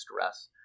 stress